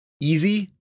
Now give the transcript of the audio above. Easy